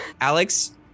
Alex